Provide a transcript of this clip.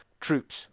Troops